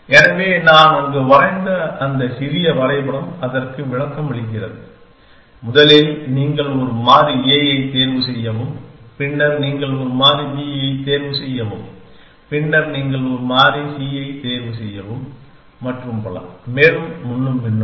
எனவே நான் அங்கு வரைந்த அந்த சிறிய வரைபடம் அதற்கு விளக்கமளிக்கிறது முதலில் நீங்கள் ஒரு மாறி A ஐ தேர்வு செய்யவும் பின்னர் நீங்கள் ஒரு மாறி B ஐ தேர்வு செய்யவும் பின்னர் நீங்கள் ஒரு மாறி C ஐ தேர்வு செய்யவும் மற்றும் பல மேலும் முன்னும் பின்னுமாக